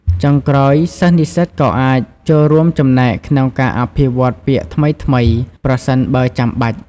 ចុងក្រោយ សិស្សនិស្សិតក៏អាច ចូលរួមចំណែកក្នុងការអភិវឌ្ឍពាក្យថ្មីៗ (ប្រសិនបើចាំបាច់)។